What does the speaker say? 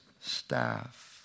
staff